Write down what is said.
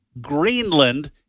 Greenland